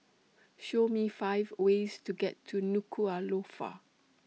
Show Me five ways to get to Nuku'Alofa